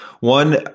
One